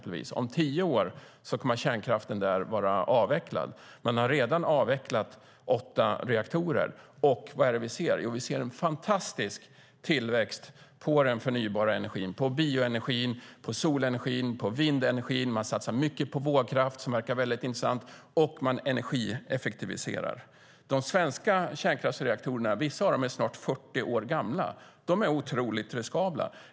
Om tio år kommer kärnkraften att vara avvecklad där. De har redan avvecklat åtta reaktorer, och vad är det vi ser? Jo, vi ser en fantastisk tillväxt av den förnybara energin - bioenergi, solenergi, vindenergi. Man satsar mycket på vågkraft, vilket verkar väldigt intressant, och man energieffektiviserar. Vissa av de svenska kärnkraftsreaktorerna är nästan 40 år gamla. De är mycket riskabla.